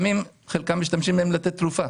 כי בסמים משתמשים לפעמים כתרופה.